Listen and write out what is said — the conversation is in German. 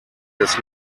des